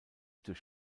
durch